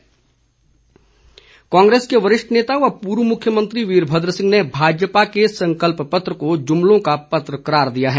वीरभद्र कांग्रेस के वरिष्ठ नेता व पूर्व मुख्यमंत्री वीरभद्र सिंह ने भाजपा के संकल्प पत्र को जुमलों का पत्र करार दिया है